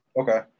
Okay